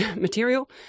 material